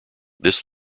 this